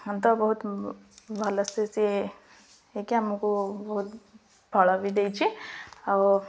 ହଁ ତ ବହୁତ ଭଲସେ ସିଏ ହୋଇକି ଆମକୁ ବହୁତ ଫଳ ବି ଦେଇଛି ଆଉ